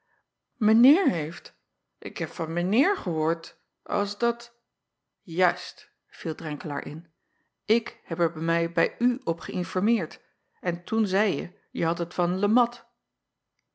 eer heeft ik heb van mijn eer gehoord als dat uist viel renkelaer in ik heb er mij bij u op geïnformeerd en toen zeî je je hadt het van e at